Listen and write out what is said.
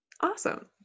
Awesome